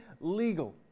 legal